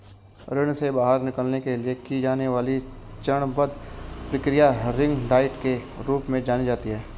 ऋण से बाहर निकलने के लिए की जाने वाली चरणबद्ध प्रक्रिया रिंग डाइट के रूप में जानी जाती है